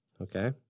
Okay